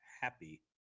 happy